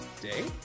day